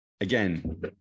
again